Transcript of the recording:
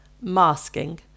Masking